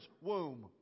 womb